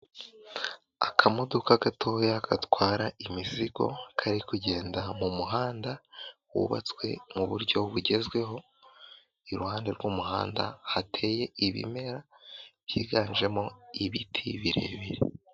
Akamodoka gatoya gatwara imizigo kari kugenda mumuhanda wubatswe mu buryo bugezweho iruhande rw'umuhanda hateye ibimera byiganjemo ibiti birebire.